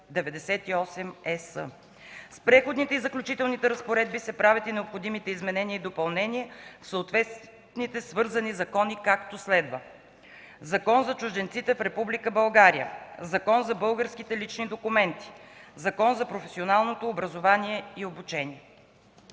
С Преходните и заключителните разпоредби се правят и необходимите изменения и допълнения в съответните свързани закони, както следва: - Закон за чужденците в Република България; - Закон за българските лични документи; - Закон за професионалното образование и обучение.